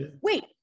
wait